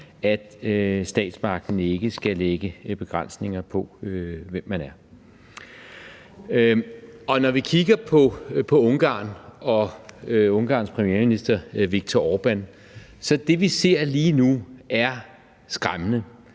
at statsmagten ikke skal lægge begrænsninger på, hvem man er. Når vi kigger på Ungarn og Ungarns premierminister, Viktor Orbán, er det, vi ser lige nu, skræmmende.